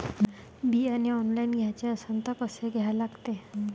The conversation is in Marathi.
बियाने ऑनलाइन घ्याचे असन त कसं घ्या लागते?